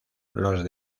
los